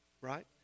right